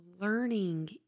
learning